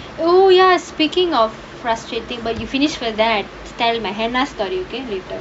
oh ya speaking of frustrating but you finish first then I tell my henna story later